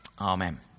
amen